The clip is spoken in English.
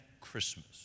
Christmas